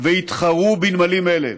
ויתחרו בנמלים אלה.